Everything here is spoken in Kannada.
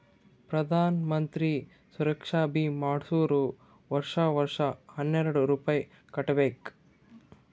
ಪ್ರಧಾನ್ ಮಂತ್ರಿ ಸುರಕ್ಷಾ ಭೀಮಾ ಮಾಡ್ಸುರ್ ವರ್ಷಾ ವರ್ಷಾ ಹನ್ನೆರೆಡ್ ರೂಪೆ ಕಟ್ಬಬೇಕ್